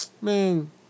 Man